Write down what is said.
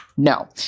No